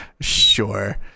Sure